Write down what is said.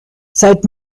seit